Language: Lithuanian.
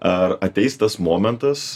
ar ateis tas momentas